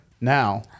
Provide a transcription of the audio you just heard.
now